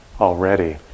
already